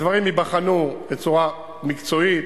הדברים ייבחנו בצורה מקצועית: